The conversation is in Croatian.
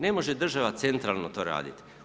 Ne može država centralno to raditi.